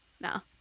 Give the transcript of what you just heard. no